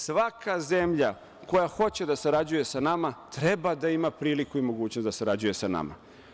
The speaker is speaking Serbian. Svaka zemlja koja hoće da sarađuje sa nama treba da ima priliku i mogućnost da sarađuje sa nama.